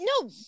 no